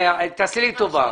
תעשי לי טובה.